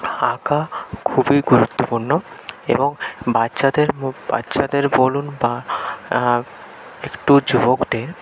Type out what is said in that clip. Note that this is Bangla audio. আঁকা খুবই গুরুত্বপূর্ণ এবং বাচ্চাদের ম বাচ্চাদের বলুন বা একটু যুবকদের